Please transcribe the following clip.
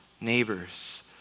neighbors